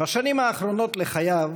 בשנים האחרונות לחייו